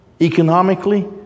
economically